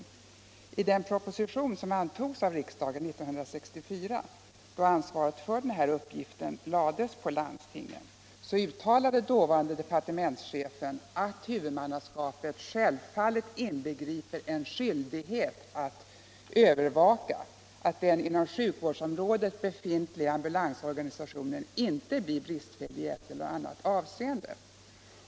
I den proposition 18 öövember 1976 som antogs av riksdagen 1964, då ansvaret för den här uppgiften lades = på landstingen, uttalade departementschefen att huvudmannaskapet ”in Om sjukvårdsutbegriper ——-— självfallet en skyldighet att övervaka att den inom sjuk = bildning för vårdsområdet befintliga ambulansorganisationen inte blir bristfällig i ambulansförare ett eller annat hänseende”.